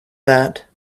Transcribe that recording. that